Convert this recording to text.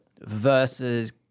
Versus